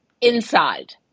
inside